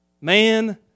Man